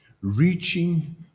reaching